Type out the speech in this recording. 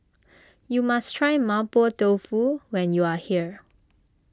you must try Mapo Tofu when you are here